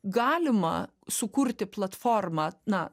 galima sukurti platformą na